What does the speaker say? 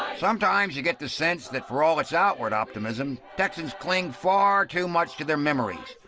sometimes you get the sense that for all its outward optimism, texans cling far too much to their memories.